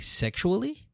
sexually